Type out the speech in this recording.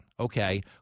Okay